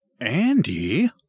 Andy